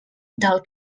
del